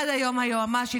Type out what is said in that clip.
עד היום היועמ"שית,